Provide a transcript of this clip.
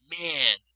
man